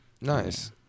Nice